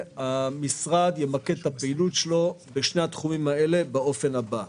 הכוונה היא לטפל בשבעה תחומים שנוגעים לבטיחות בבנייה.